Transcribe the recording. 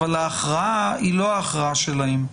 אבל ההכרעה היא לא הכרעה שלהם.